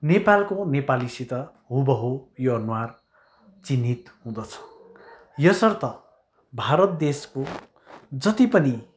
नेपालको नेपालीसित हुबहु यो अनुहार चिन्हित हुँदछ यसर्थ भारत देशको जति पनि